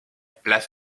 plat